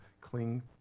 cling